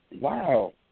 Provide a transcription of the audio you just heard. Wow